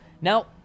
Now